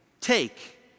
Take